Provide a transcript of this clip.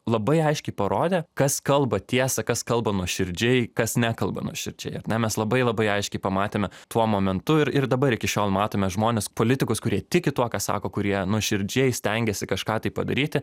labai aiškiai parodė kas kalba tiesą kas kalba nuoširdžiai kas nekalba nuoširdžiai ar ne mes labai labai aiškiai pamatėme tuo momentu ir ir dabar iki šiol matome žmones politikus kurie tiki tuo ką sako kurie nuoširdžiai stengiasi kažką tai padaryti